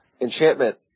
Enchantment